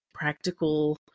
practical